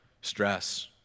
stress